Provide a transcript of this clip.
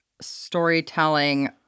storytelling